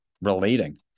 relating